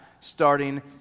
starting